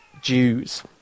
jews